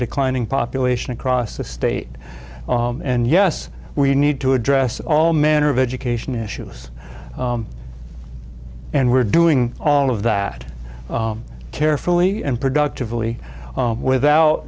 declining population across the state and yes we need to address all manner of education issues and we're doing all of that carefully and productively without